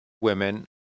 women